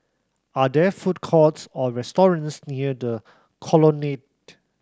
are there food courts or restaurants near The Colonnade